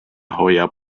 hoiab